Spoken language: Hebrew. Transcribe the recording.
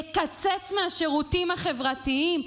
לקצץ מהשירותים החברתיים,